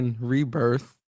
Rebirth